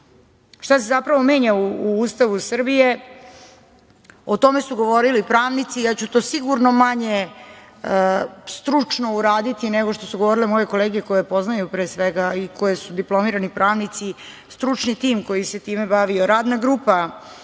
se zapravo menja u Ustavu Srbije, o tome su govorili pravnici. Ja ću to sigurno manje stručno uraditi, nego što su govorile moje kolege koji poznaju, pre svega, i koji su diplomirani pravnici, stručni tim koji se time bavio, radna grupa